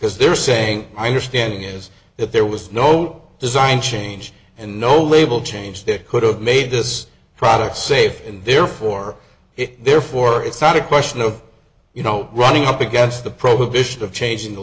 because they're saying i understanding is that there was no design change and no label change that could have made this product safe and therefore it therefore it's not a question of you know running up against the prohibition of changing the